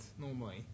normally